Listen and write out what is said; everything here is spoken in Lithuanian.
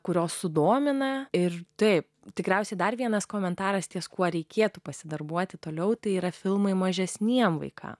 kurios sudomina ir taip tikriausiai dar vienas komentaras ties kuo reikėtų pasidarbuoti toliau tai yra filmai mažesniems vaikams